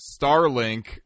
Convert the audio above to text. Starlink